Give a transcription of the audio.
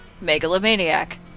megalomaniac